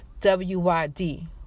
W-Y-D